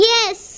Yes